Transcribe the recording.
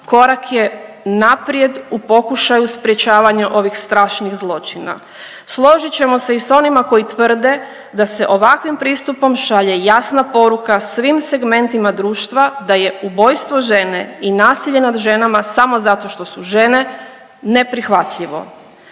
korak je naprijed u pokušaju sprječavanja ovih strašnih zločina. Složit ćemo se i sa onima koji tvrde da se ovakvim pristupom šalje jasna poruka svim segmentima društva da je ubojstvo žene i nasilje nad ženama samo zato što su žene neprihvatljivo.